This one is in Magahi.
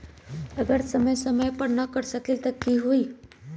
अगर समय समय पर न कर सकील त कि हुई?